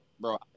bro